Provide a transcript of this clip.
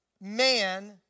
man